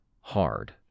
hard